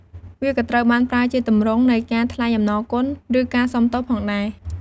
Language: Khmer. វាក៏ត្រូវបានប្រើជាទម្រង់នៃការថ្លែងអំណរគុណ ឬការសុំទោសផងដែរ។